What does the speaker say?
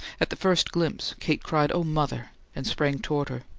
at the first glimpse kate cried, oh, mother, and sprang toward her.